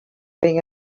being